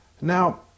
now